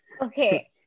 Okay